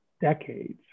decades